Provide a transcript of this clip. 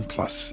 Plus